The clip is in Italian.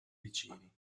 vicini